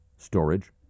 Storage